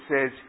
says